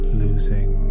losing